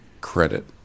credit